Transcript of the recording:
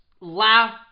laugh